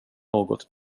något